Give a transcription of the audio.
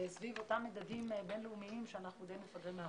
סביב אותם מדדים בין-לאומיים כשאנחנו די מפגרים מאחור.